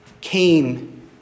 came